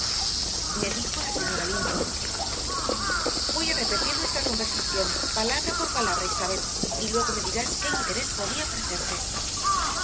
me dijo la señora linton voy a repetir nuestra conversación palabra por palabra isabel y luego me dirás qué interés podía ofrecerte